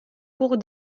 cours